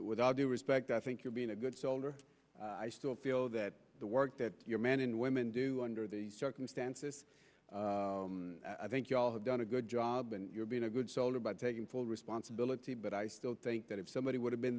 with all due respect i think you're being a good soldier i still feel that the work that your men and women do under the circumstances i think you all have done a good job and you're being a good soldier by taking full responsibility but i still think that if somebody would have been